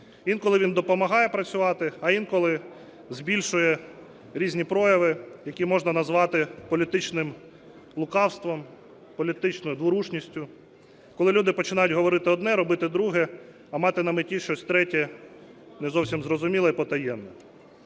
Інколи він допомагає працювати, а інколи збільшує різні прояви, які можна назвати політичним лукавством, політичною дворушністю, коли люди починають говорити одне, робити друге, а мати на меті щось третє, не зовсім зрозуміле і потаємне.